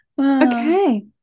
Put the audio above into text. Okay